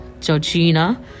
Georgina